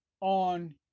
on